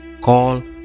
Call